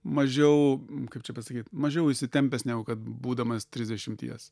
mažiau kaip čia pasakyt mažiau įsitempęs negu kad būdamas trisdešimties